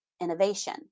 innovation